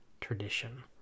tradition